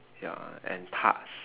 ya and tarts